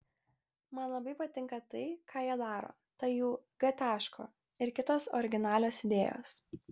man labai patinka tai ką jie daro ta jų g taško ir kitos originalios idėjos